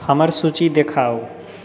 हमर सूची देखाउ